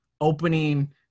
opening